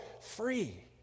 free